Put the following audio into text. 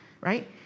right